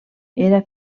era